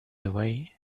away